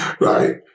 Right